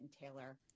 Taylor